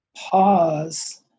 pause